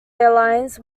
airlines